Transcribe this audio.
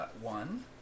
One